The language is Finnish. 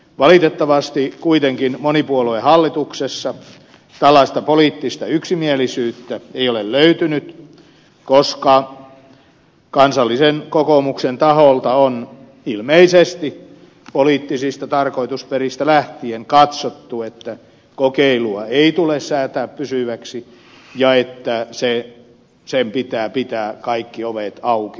valitettavasti kuitenkin monipuoluehallituksessa tällaista poliittista yksimielisyyttä ei ole löytynyt koska kansallisen kokoomuksen taholta on ilmeisesti poliittisista tarkoitusperistä lähtien katsottu että kokeilua ei tule säätää pysyväksi ja että sen pitää pitää kaikki ovet auki tulevaisuuteenkin